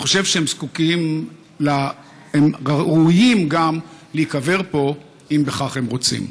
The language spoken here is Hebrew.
אני חושב שהם ראויים גם להיקבר פה אם בכך הם רוצים.